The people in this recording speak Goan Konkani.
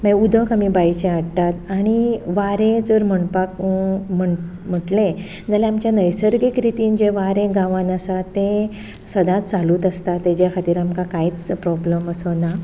मागीर उदक आमी बांयचें हाडटात आनी वारें जर म्हणपाक म्हणलें म्हणलें जाल्यार आमच्या नैसर्गीक रितीन जें वारें गांवान आसा तें सदांत चालूच आसता तेजे खातीर आमकां कांयच प्रोब्लेम असो ना